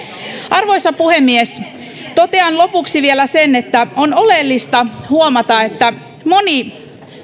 arvoisa puhemies totean lopuksi vielä sen että on oleellista huomata että moni